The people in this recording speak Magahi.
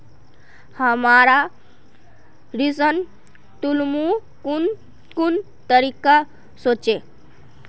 हमरा ऋण लुमू कुन कुन तरीका होचे?